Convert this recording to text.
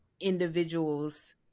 individuals